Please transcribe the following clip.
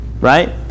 right